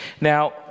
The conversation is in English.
Now